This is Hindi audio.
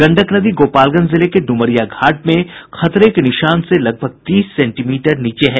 गंडक नदी गोपालगंज जिले के डुमरिया घाट में खतरे के निशान से लगभग तीस सेंटीमीटर नीचे है